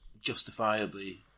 justifiably